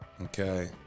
Okay